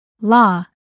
La